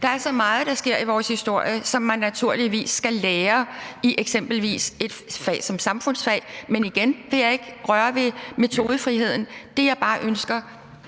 Der er så meget, der sker i vores historie, som man naturligvis skal lære i eksempelvis et fag som samfundsfag. Men igen, jeg vil ikke røre ved metodefriheden. Det, jeg bare ønsker,